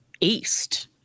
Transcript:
East